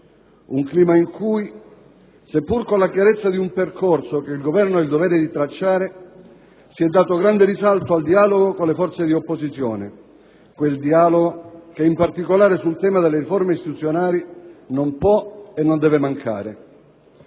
di ieri, in cui, seppur con la chiarezza di un percorso che il Governo ha il dovere di tracciare, si è dato grande risalto al dialogo con le forze di opposizione, quel dialogo che in particolare sul tema delle riforme istituzionali, non può e non deve mancare.